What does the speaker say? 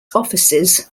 offices